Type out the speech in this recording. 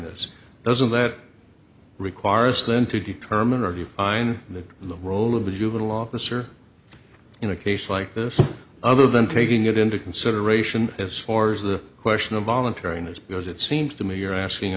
this doesn't that require us then to determine or do you find that the role of the juvenile officer in a case like this other than taking it into consideration as far as the question of voluntariness because it seems to me you're asking